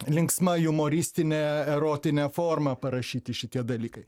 linksma jumoristinė erotinė forma parašyti šitie dalykai